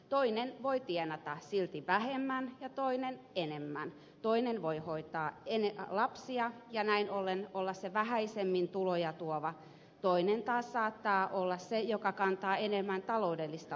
toinen voi tienata silti vähemmän ja toinen enemmän toinen voi hoitaa lapsia ja näin ollen olla se vähäisemmin tuloja tuova toinen taas saattaa olla se joka kantaa enemmän taloudellista vastuuta